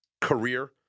career